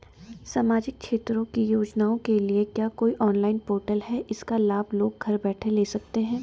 सामाजिक क्षेत्र की योजनाओं के लिए क्या कोई ऑनलाइन पोर्टल है इसका लाभ लोग घर बैठे ले सकते हैं?